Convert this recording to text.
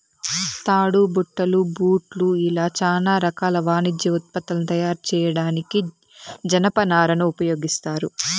తాడు, బట్టలు, బూట్లు ఇలా చానా రకాల వాణిజ్య ఉత్పత్తులను తయారు చేయడానికి జనపనారను ఉపయోగిత్తారు